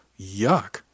Yuck